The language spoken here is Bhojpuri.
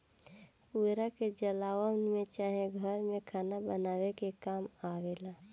पुआल के जलावन में चाहे घर में खाना बनावे के काम आवेला